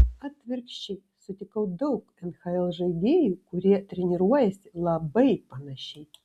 atvirkščiai sutikau daug nhl žaidėjų kurie treniruojasi labai panašiai